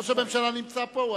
ראש הממשלה נמצא פה,